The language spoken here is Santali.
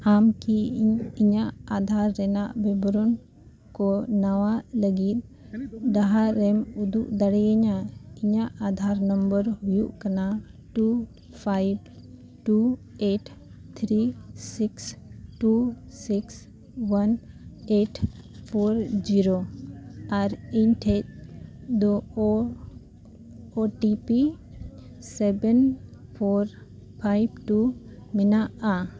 ᱟᱢ ᱠᱤ ᱤᱧ ᱤᱧᱟᱹᱜ ᱟᱫᱷᱟᱨ ᱨᱮᱱᱟᱜ ᱵᱤᱵᱚᱨᱚᱱ ᱠᱚ ᱱᱟᱣᱟ ᱞᱟᱹᱜᱤᱫ ᱰᱟᱦᱟᱨᱮᱢ ᱩᱫᱩᱜ ᱫᱟᱲᱮᱭᱤᱧᱟ ᱤᱧᱟᱹᱜ ᱦᱩᱭᱩᱜ ᱠᱟᱱᱟ two five two eight three six two six one eight four zero ᱟᱨ ᱤᱧ ᱴᱷᱮᱱ ᱫᱚ ᱥᱮᱵᱷᱮᱱ ᱯᱷᱳᱨ ᱯᱷᱟᱭᱤᱵᱷ ᱴᱩ ᱢᱮᱱᱟᱜᱼᱟ